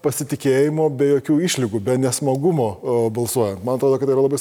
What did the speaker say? pasitikėjimo be jokių išlygų be nesmagumo a balsuojant man atrodo kad tai yra labai